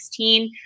2016